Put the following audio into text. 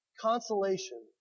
consolation